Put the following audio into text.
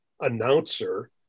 announcer